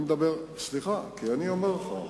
סליחה, אני אומר לך.